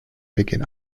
beginn